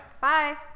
Bye